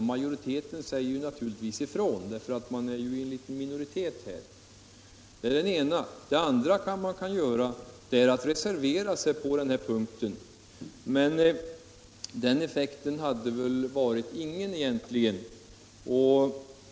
Ja, majoriteten motsätter sig naturligtvis denna begäran från en liten minoritet. För det andra kan man reservera sig på den här punkten. Men den effekten hade väl egentligen inte betytt någonting.